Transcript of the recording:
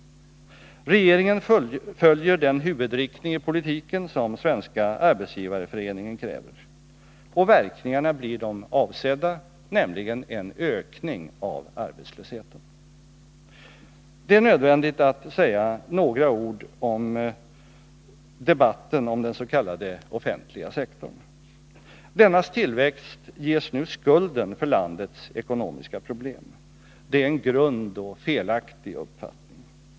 Regeringen följer den huvudriktning i politiken som Svenska arbetsgivareföreningen kräver. Och verkningarna blir de avsedda, nämligen en ökning av arbetslösheten. Det är nödvändigt att säga några ord till debatten om den s.k. offentliga sektorn. Dennas tillväxt ges nu skulden för landets ekonomiska problem. Det är en grund och felaktig uppfattning.